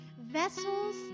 vessels